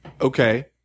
Okay